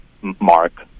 Mark